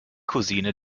cousine